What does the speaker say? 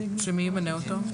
מי ימנה אותו?